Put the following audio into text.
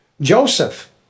Joseph